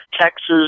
Texas